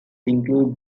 include